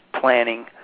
planning